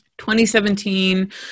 2017